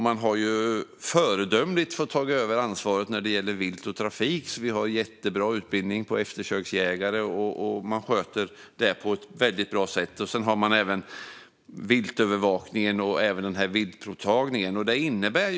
Man har föredömligt tagit över ansvaret för vilt och trafik. Vi har jättebra utbildningar för eftersöksjägare. Det sköter man på ett väldigt bra sätt. Man har även viltövervakningen och viltprovtagningen. Herr talman!